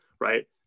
right